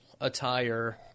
attire